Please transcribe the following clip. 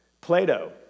Plato